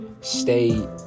stay